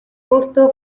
өөртөө